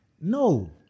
no